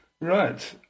right